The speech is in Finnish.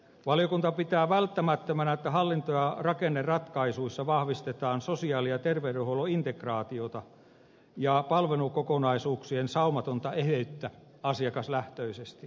valiokunta pitää välttämättömänä että hallinto ja rakenneratkaisuissa vahvistetaan sosiaali ja terveydenhuollon integraatiota ja palvelukokonaisuuksien saumatonta eheyttä asiakaslähtöisesti